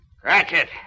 Cratchit